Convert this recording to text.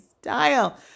Style